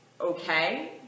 okay